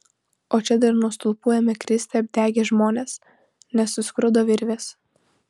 o čia dar nuo stulpų ėmė kristi apdegę žmonės nes suskrudo virvės